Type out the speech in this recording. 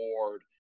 board